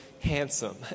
handsome